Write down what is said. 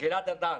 גלעד ארדן,